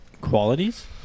qualities